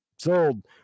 Sold